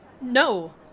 No